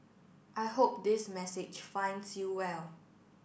I hope this message finds you well